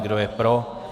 Kdo je pro?